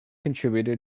contributor